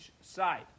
side